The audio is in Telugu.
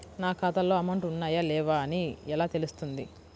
నా ఖాతాలో అమౌంట్ ఉన్నాయా లేవా అని ఎలా తెలుస్తుంది?